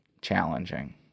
challenging